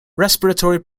respiratory